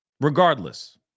regardless